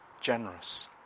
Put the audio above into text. generous